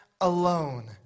alone